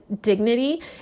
dignity